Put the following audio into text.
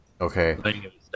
Okay